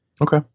Okay